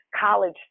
college